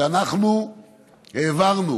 שאנחנו העברנו